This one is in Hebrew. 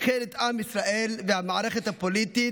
איחד את עם ישראל ואת המערכת הפוליטית